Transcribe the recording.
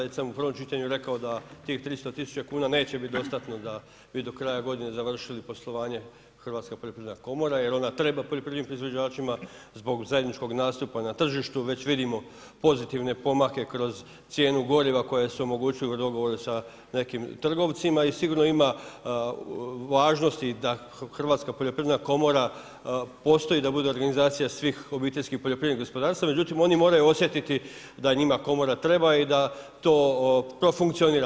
Već sam u prvom čitanju rekao da tih 300 000 kuna neće biti dostatno da vi do kraja godine završili poslovanje Hrvatska poljoprivredna komora jer ona treba poljoprivrednim proizvođačima zbog zajedničkog nastupa na tržištu, već vidimo pozitivne pomake kroz cijenu goriva koje se omogućuju u dogovoru sa nekim trgovcima i sigurno ima važnosti da Hrvatska poljoprivredna komora postoji, da bude organizacija svih obiteljskih poljoprivrednih gospodarstava, međutim oni moraju osjetiti da njima komora treba i da to funkcionira.